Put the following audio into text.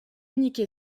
unique